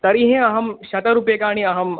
तर्हि अहं शतरूप्यकाणि अहं